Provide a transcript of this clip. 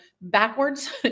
backwards